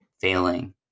failing